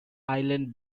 island